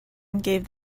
gave